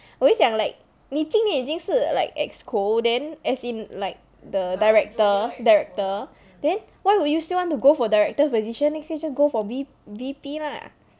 我又讲 like 你今年已经是 like EXCO then as in like the director director then why would you still want to go for director position next year just go for V V_P lah